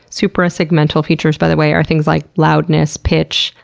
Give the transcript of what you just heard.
suprasegmental features by the way, are things like loudness, pitch,